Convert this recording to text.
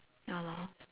ya lor